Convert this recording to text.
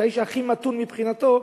את האיש הכי מתון מבחינתו,